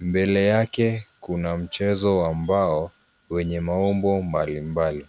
Mbele yake kuna mchezo wa mbao wenye maumbo mbalimbali.